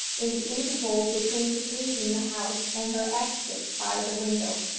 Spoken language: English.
in the interval between his leaving the house and her exit by the window.